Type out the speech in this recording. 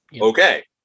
Okay